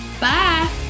Bye